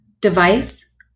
device